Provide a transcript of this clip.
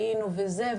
היינו וזה,